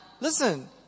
listen